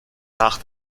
nach